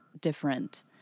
different